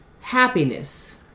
happiness